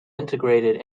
integrated